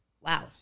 Wow